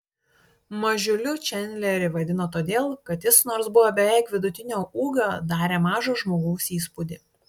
mažiuliu čandlerį vadino todėl kad jis nors buvo beveik vidutinio ūgio darė mažo žmogaus įspūdį